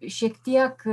šiek tiek